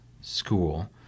school